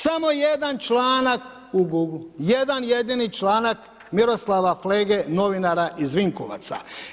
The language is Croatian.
Samo jedan članak, jedan jedini članak Miroslava Flege novinara iz Vinkovaca.